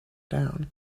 down